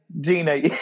Gina